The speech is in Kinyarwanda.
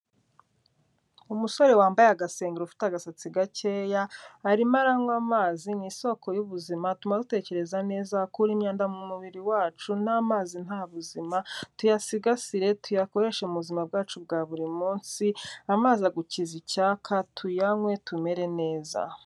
Umusore wambaye agasengeri ufite agasatsi gakeya arimo aranywa amazi, ni isoko y'ubuzima, atuma dutekereza neza, akura imyanda mu mubiri wacu, nta mazi nta buzima, tuyasigasire, tuyakoreshe mu buzima bwacu bwa buri munsi, amazi agukiza icyaka, tuyanywe tumere neza.